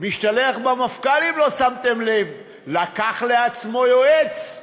משתלח במפכ"ל, אם לא שמתם לב: לקח לעצמו יועץ.